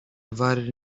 divided